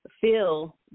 feel